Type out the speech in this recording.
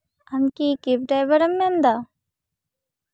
ᱟᱢ ᱠᱤ ᱠᱮᱵ ᱰᱟᱭᱵᱟᱨᱮᱢ ᱢᱮᱱᱫᱟ